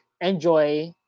enjoy